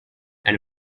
and